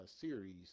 series